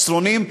מסרונים,